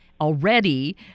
already